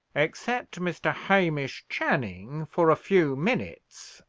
except mr. hamish channing, for a few minutes,